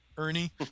Ernie